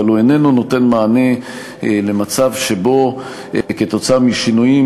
אבל הוא איננו נותן מענה למצב שבו כתוצאה משינויים